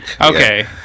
okay